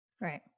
Right